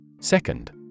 Second